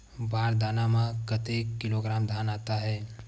बार दाना में कतेक किलोग्राम धान आता हे?